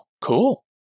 cool